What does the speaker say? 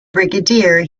brigadier